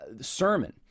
sermon